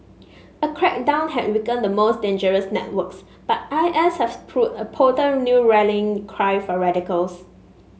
a crackdown had weakened the most dangerous networks but I S has proved a potent new rallying cry for radicals